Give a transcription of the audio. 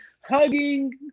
hugging